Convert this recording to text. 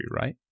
right